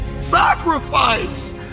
sacrifice